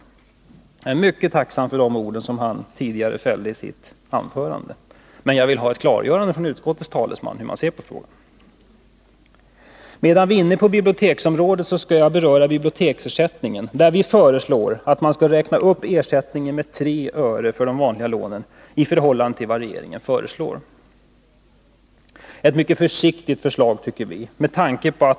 Jag är mycket tacksam för de ord han yttrade i sitt anförande, men jag vill ha ett klargörande från utskottets talesman hur utskottet ser på frågan. Medan vi är inne på biblioteksområdet skall jag beröra frågan om biblioteksersättningen. Vi föreslår att man skall räkna upp ersättningen med 3 öre för de vanliga lånen i förhållande till vad regeringen föreslår — ett mycket försiktigt förslag, tycker vi.